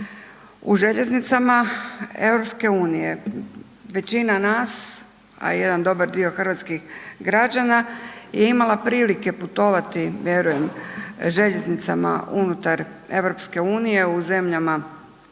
u željeznicama EU. Većina nas, a jedan dobar dio hrvatskih građana je imala prilike putovati, vjerujem željeznicama unutar EU, u zemljama